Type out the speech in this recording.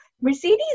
Mercedes